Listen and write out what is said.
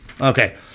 Okay